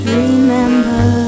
remember